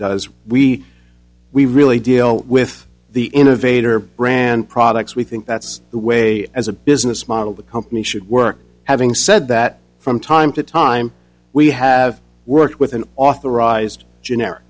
does we we really deal with the innovator brand products we think that's the way as a business model the company should work having said that from time to time we have worked with an authorized generic